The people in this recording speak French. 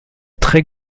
très